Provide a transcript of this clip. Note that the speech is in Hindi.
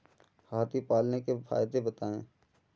हाथी पालने के फायदे बताए?